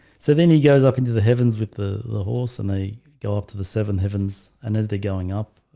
so then he goes up into the heavens with the the horse and they go up to the seven heavens and as they're going up